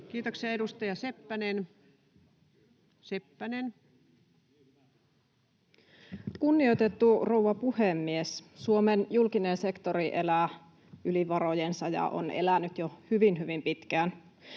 Time: 14:33 Content: Kunnioitettu rouva puhemies! Suomen julkinen sektori elää yli varojensa ja on elänyt jo hyvin, hyvin pitkään.